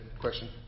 Question